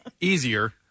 easier